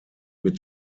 mit